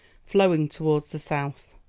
flowing towards the south.